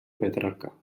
petrarca